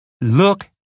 look